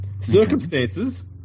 Circumstances